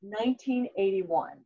1981